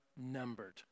numbered